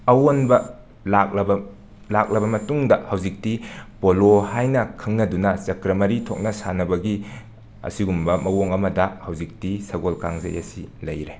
ꯑꯑꯣꯟꯕ ꯂꯥꯛꯂꯕ ꯂꯥꯛꯂꯕ ꯃꯇꯨꯡꯗ ꯍꯧꯖꯤꯛꯇꯤ ꯄꯣꯂꯣ ꯍꯥꯏꯅ ꯈꯪꯅꯗꯨꯅ ꯆꯀ꯭ꯔ ꯃꯔꯤ ꯊꯣꯛꯅ ꯁꯥꯟꯅꯕꯒꯤ ꯑꯁꯤꯒꯨꯝꯕ ꯃꯋꯣꯡ ꯑꯃꯗ ꯍꯧꯖꯤꯛꯇꯤ ꯁꯒꯣꯜ ꯀꯥꯡꯖꯩ ꯑꯁꯤ ꯂꯩꯔꯦ